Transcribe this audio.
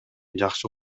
жакшы